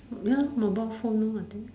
ya mobile phone no I think